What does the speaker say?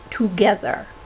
together